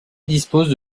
disposent